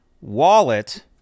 wallet